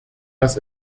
dass